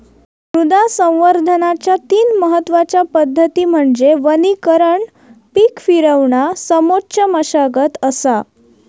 मृदा संवर्धनाच्या तीन महत्वच्या पद्धती म्हणजे वनीकरण पीक फिरवणा समोच्च मशागत असा